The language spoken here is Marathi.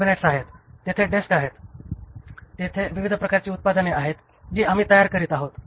कॅबिनेट्स आहेत तेथे डेस्क आहेत तेथे विविध प्रकारची उत्पादने आहेत जी आम्ही तयार करीत आहोत